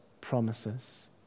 promises